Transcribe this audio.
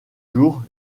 jours